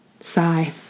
Sigh